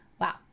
Wow